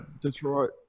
detroit